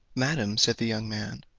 madam, said the young man,